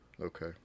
Okay